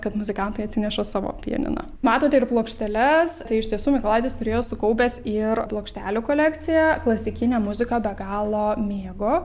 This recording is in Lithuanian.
kad muzikantai atsineša savo pianiną matote ir plokšteles tai iš tiesų mykolaitis turėjo sukaupęs ir plokštelių kolekciją klasikinę muziką be galo mėgo